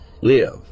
Live